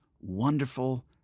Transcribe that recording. wonderful